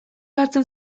hartzen